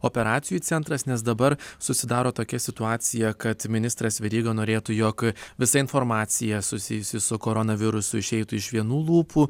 operacijų centras nes dabar susidaro tokia situacija kad ministras veryga norėtų jog visa informacija susijusi su koronavirusu išeitų iš vienų lūpų